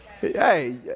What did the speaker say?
Hey